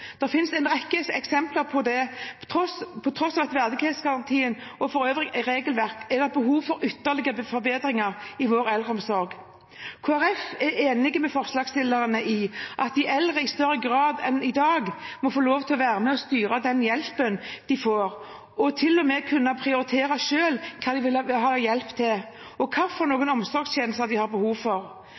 Det finnes en rekke eksempler på at det til tross for verdighetsgarantien og annet regelverk er behov for ytterligere forbedringer i vår eldreomsorg. Kristelig Folkeparti er enig med forslagsstillerne i at de eldre i større grad enn i dag må få lov til å være med og styre den hjelpen de får, og til og med må kunne prioritere selv hva de vil ha hjelp til, og hvilke omsorgstjenester de har behov for.